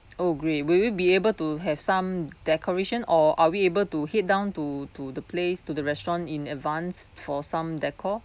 oh great will you be able to have some decoration or are we able to head down to to the place to the restaurant in advance for some decor